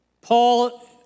Paul